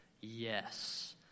Yes